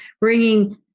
bringing